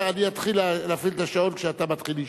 אני אתחיל להפעיל את השעון כשאתה מתחיל להשתדל.